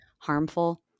Harmful